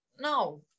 no